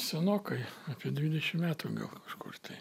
senokai apie dvidešimt metų gal kažkur tai